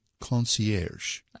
concierge